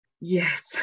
Yes